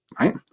right